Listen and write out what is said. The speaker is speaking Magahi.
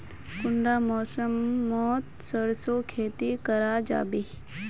कुंडा मौसम मोत सरसों खेती करा जाबे?